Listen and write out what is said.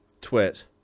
Twit